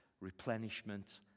replenishment